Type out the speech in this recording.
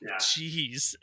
Jeez